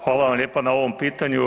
Hvala vam lijepa na ovom pitanju.